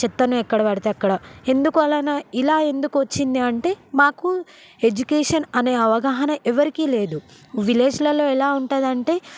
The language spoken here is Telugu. చెత్తను ఎక్కడబడితే అక్కడ ఎందుకలాన ఇలా ఎందుకు వచ్చిందంటే మాకు ఎడ్యుకేషన్ అనే అవగాహన ఎవరికీ లేదు విలేజ్లలో ఎలా ఉంటుందంటే